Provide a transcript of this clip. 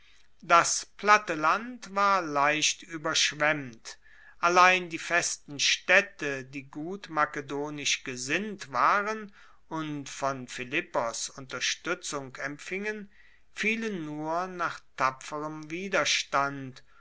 das platte land war leicht ueberschwemmt allein die festen staedte die gut makedonisch gesinnt waren und von philippos unterstuetzung empfingen fielen nur nach tapferem widerstand